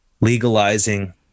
legalizing